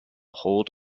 hold